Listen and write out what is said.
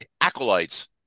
acolytes